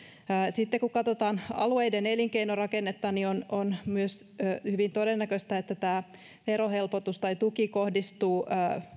sitten kun katsotaan alueiden elinkeinorakennetta on on myös hyvin todennäköistä että tämä verohelpotus tai tuki kohdistuu enemmän